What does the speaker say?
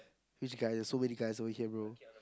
which guy there's so many guys over here bro